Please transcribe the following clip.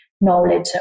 knowledge